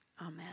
Amen